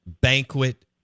Banquet